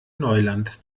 neuland